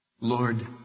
Lord